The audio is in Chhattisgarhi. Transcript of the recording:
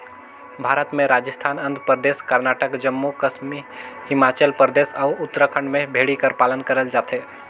भारत में राजिस्थान, आंध्र परदेस, करनाटक, जम्मू कस्मी हिमाचल परदेस, अउ उत्तराखंड में भेड़ी कर पालन करल जाथे